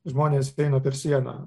žmonės eina per sieną